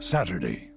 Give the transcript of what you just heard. Saturday